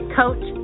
coach